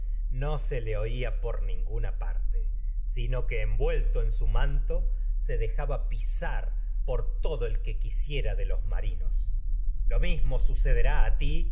ninguna parte sino que envuelto manto se dejaba pisar por todo el que y quisiera de los marinos lengua se lo mismo sucederá a ti